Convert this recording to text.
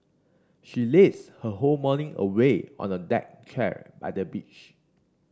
she lazed her whole morning away on the deck chair by the beach